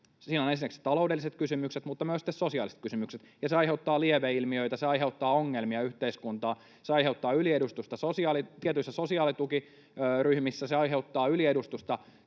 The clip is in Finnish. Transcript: Siinä ovat ensinnäkin taloudelliset kysymykset, mutta myös sitten sosiaaliset kysymykset: se aiheuttaa lieveilmiöitä, se aiheuttaa ongelmia yhteiskuntaan, se aiheuttaa yliedustusta tietyissä sosiaalitukiryhmissä, se aiheuttaa yliedustusta